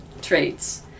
traits